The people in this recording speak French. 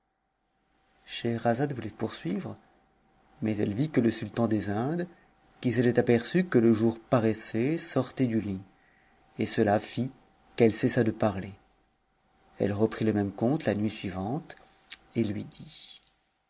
seheherazade voûtait poursuivre mais elle vit que je sultan des indes qui s'était aperçu que le jour paraissait sortait du lit et cela fit qu'elle j elle reprit le même conte la nuit suivante et lui dit